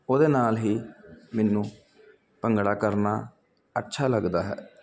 ਉਹਦੇ ਨਾਲ ਹੀ ਮੈਨੂੰ ਭੰਗੜਾ ਕਰਨਾ ਅੱਛਾ ਲੱਗਦਾ ਹੈ